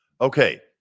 Okay